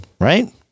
Right